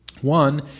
One